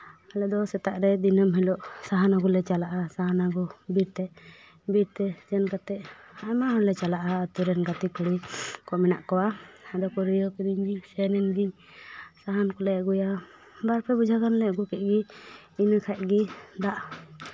ᱟᱞᱮ ᱫᱚ ᱥᱮᱛᱟᱜ ᱨᱮ ᱫᱤᱱᱟᱹᱢ ᱦᱤᱞᱳᱜ ᱥᱟᱦᱟᱱ ᱟᱹᱜᱩᱞᱮ ᱪᱟᱞᱟᱜᱼᱟ ᱵᱤᱨ ᱛᱮ ᱵᱤᱨᱛᱮ ᱥᱮᱱ ᱠᱟᱛᱮᱜ ᱟᱭᱢᱟ ᱦᱚᱲᱞᱮ ᱪᱟᱞᱟᱜᱼᱟ ᱟᱹᱛᱩ ᱨᱮᱱ ᱜᱟᱛᱮ ᱠᱩᱲᱤ ᱠᱚ ᱢᱮᱱᱟᱜ ᱠᱚᱣᱟ ᱟᱫᱚ ᱯᱟᱹᱲᱭᱟᱹ ᱠᱤᱨᱤᱧ ᱞᱤᱧ ᱥᱮᱱ ᱮᱱᱜᱮ ᱥᱟᱦᱟᱱ ᱠᱚᱞᱮ ᱟᱹᱜᱩᱭᱟ ᱵᱟᱨ ᱵᱚᱡᱷᱟ ᱜᱟᱱᱞᱮ ᱟᱹᱜᱩ ᱠᱮᱜ ᱜᱮ ᱤᱱᱟᱹ ᱠᱷᱟᱡ ᱜᱮ ᱫᱟᱜ